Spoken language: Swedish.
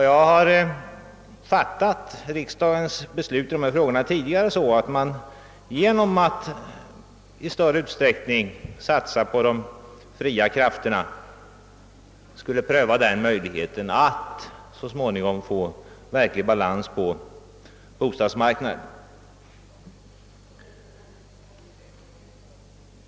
Jag har fattat riksdagens tidigare beslut i dessa frågor så, att man genom att i större utsträckning satsa på de fria krafterna ville försöka att så småningom åstadkomma verklig balans på bostadsmarknaden.